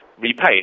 repay